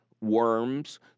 worms